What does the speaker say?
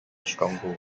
stronghold